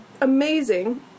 amazing